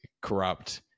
corrupt